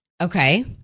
Okay